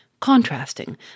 contrasting